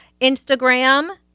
Instagram